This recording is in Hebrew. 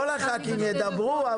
כל חברי הכנסת ידברו,